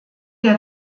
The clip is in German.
der